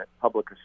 public